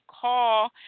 call